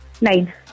Nine